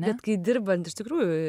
bet kai dirbant iš tikrųjų